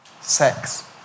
sex